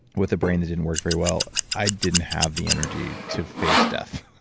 with a brain that didn't work very well, i didn't have the energy to face death,